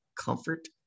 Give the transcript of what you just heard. comfort